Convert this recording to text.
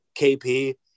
KP